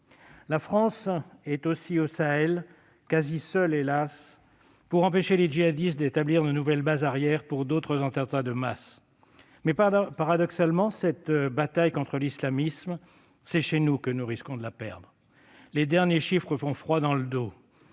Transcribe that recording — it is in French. La France est aussi au Sahel, quasi seule hélas, pour empêcher les djihadistes d'établir de nouvelles bases arrière pour d'autres attentats de masse. Mais, paradoxalement, cette bataille contre l'islamisme, c'est chez nous que nous risquons de la perdre. Les derniers chiffres font froid dans le dos